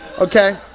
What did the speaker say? Okay